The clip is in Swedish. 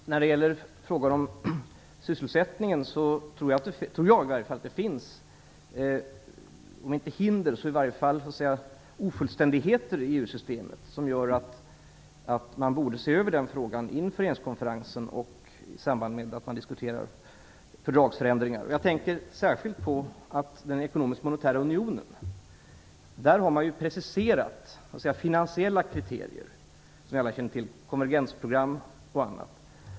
Herr talman! När det gäller frågor om sysselsättningen tror i varje fall jag att det finns om inte hinder så åtminstone ofullständigheter i EU systemet som gör att man borde se över den frågan inför regeringskonferensen i samband med att man diskuterar fördragsförändringar. Jag tänker särskilt på den ekonomiska och monetära unionen. Där har man som vi alla känner till preciserat finansiella kriterier, konvergensprogram och annat.